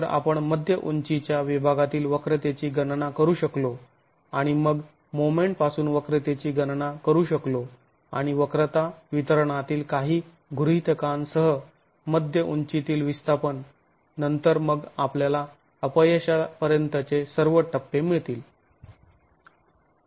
तर जर आपण मध्य उंचीच्या विभागातील वक्रतेची गणना करू शकलो आणि मग मोमेंट पासून वक्रतेची गणना करू शकलो आणि वक्रता वितरणातील काही गृहीतकांसह मध्य उंचीतील विस्थापन नंतर मग आपल्याला अपयशापर्यंतचे सर्व टप्पे मिळतील